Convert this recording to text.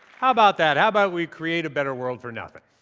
how about that? how about we create a better world for nothing?